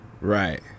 Right